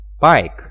bike